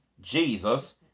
Jesus